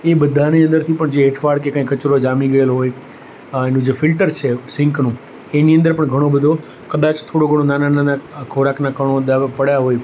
એ બધાની અંદરથી પણ જે એંઠવાડ કે કંઈ કચરો જામી ગયેલો હોય એનું જે ફિલ્ટર છે સિંકનું એની અંદર પણ ઘણો બધો કદાચ થોડો ઘણો નાના નાના ખોરાકના કણો ધારો કે પડ્યા હોય